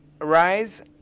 arise